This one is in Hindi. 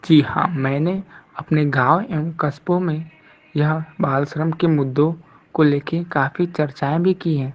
जी हाँ मैंने अपने गाँव एवं कस्बों में यह बाल श्रम के मुद्दों को लेकर काफ़ी चर्चाएँ भी की हैं